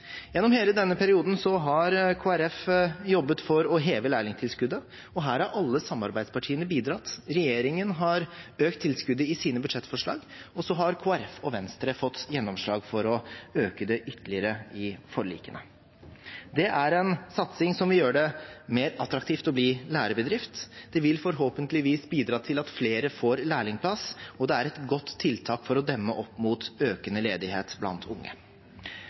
Gjennom hele denne perioden har Kristelig Folkeparti jobbet for å heve lærlingtilskuddet, og her har alle samarbeidspartiene bidratt. Regjeringen har økt tilskuddet i sine budsjettforslag, og Kristelig Folkeparti og Venstre har fått gjennomslag for å øke det ytterligere i forlikene. Det er en satsing som vil gjøre det mer attraktivt å bli lærebedrift, det vil forhåpentligvis bidra til at flere får lærlingplass, og det er et godt tiltak for å demme opp for økende ledighet blant unge.